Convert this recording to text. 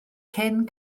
cyn